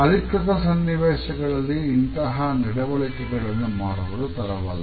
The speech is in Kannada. ಅಧಿಕೃತ ಸನ್ನಿವೇಶಗಳಲ್ಲಿ ಇಂತಹ ನಡುವಳಿಕೆಗಳನ್ನು ಮಾಡುವುದು ತರವಲ್ಲ